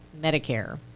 medicare